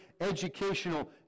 educational